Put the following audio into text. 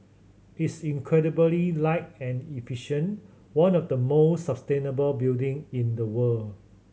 it's incredibly light and efficient one of the more sustainable building in the world